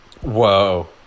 Whoa